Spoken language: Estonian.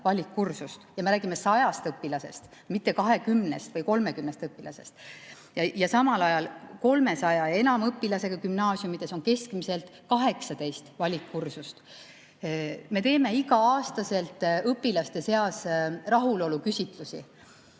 ja me räägime 100 õpilasest, mitte 20 või 30 õpilasest. Samal ajal 300 ja enama õpilasega gümnaasiumides on keskmiselt 18 valikkursust. Me teeme iga-aastaselt õpilaste seas rahuloluküsitlusi.